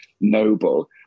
noble